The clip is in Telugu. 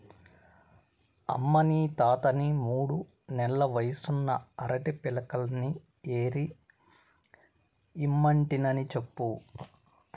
అమ్మనీ తాతని మూడు నెల్ల వయసున్న అరటి పిలకల్ని ఏరి ఇమ్మంటినని చెప్పు